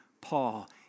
Paul